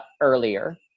earlier